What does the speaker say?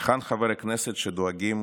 היכן חברי הכנסת שדואגים